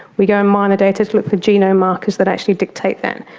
we go and mine the data to look for genome markers that actually dictate that.